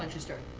you start?